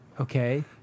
Okay